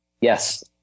Yes